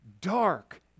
dark